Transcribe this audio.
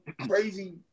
crazy